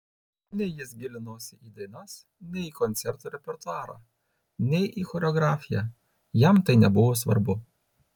nei jis gilinosi į dainas nei į koncertų repertuarą nei į choreografiją jam tai nebuvo svarbu